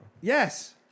Yes